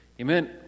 Amen